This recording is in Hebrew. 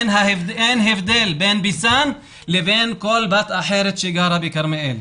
אין הבדל בין ביסאן לבין כל בת אחרת שגרה בכרמיאל.